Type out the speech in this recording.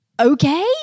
Okay